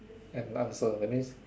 an answer that means